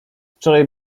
wczoraj